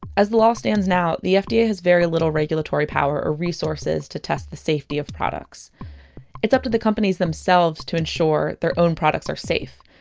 as the law stands now, the fda has very little regulatory power or resources to test the safety of products it's up to the companies themselves to ensure their own products are safe.